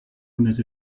unes